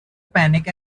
panic